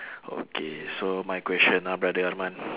okay so my question ah brother arman